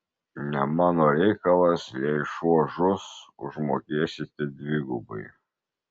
ne mano reikalas jei šuo žus užmokėsite dvigubai